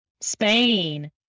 Spain